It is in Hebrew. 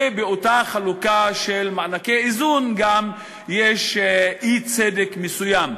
וגם באותה חלוקה של מענקי איזון יש אי-צדק מסוים.